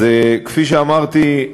אז כפי שאמרתי,